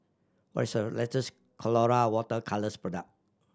what is the latest Colora Water Colours product